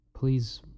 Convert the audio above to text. please